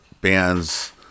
bands